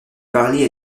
parlées